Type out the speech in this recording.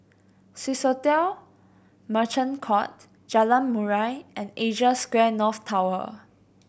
Swissotel Merchant Court Jalan Murai and Asia Square North Tower